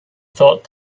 thought